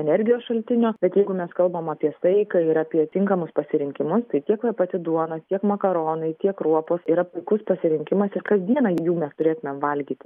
energijos šaltinio bet jeigu mes kalbam apie saiką ir apie tinkamus pasirinkimus tai tiek ta pati duona tiek makaronai tiek kruopos yra puikus pasirinkimas ir kasdieną jų mes turėtumėm valgyti